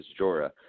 Jorah